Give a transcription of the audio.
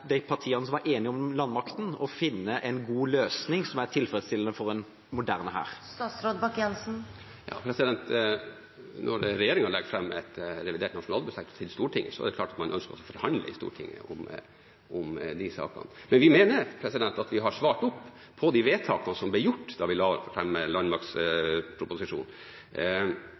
de partiene som var enige om landmakten, og finne en god løsning som er tilfredsstillende for en moderne hær? Når regjeringen legger fram revidert nasjonalbudsjett for Stortinget, er det klart man ønsker å forhandle i Stortinget om de sakene. Men vi mener vi har fulgt opp de vedtakene som ble gjort da vi la